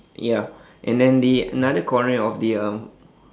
ya and then the another corner of the um